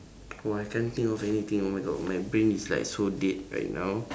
oh I can't think of anything oh my god my brain is like so dead right now